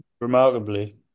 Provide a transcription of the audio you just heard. Remarkably